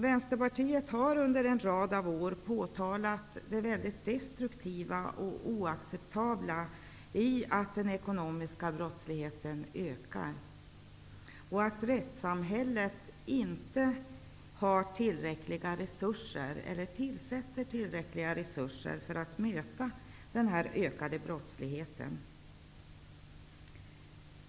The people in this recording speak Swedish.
Vänsterpartiet har under en rad av år påtalat det destruktiva och oacceptabla i att den ekonomiska brottsligheten ökar och att rättssamhället inte har eller tillsätter tillräckliga resurser för att möta denna ökade brottslighet.